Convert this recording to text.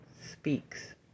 speaks